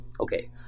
okay